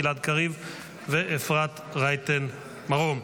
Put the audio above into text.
גלעד קריב ואפרת רייטן מרום.